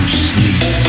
sleep